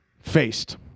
faced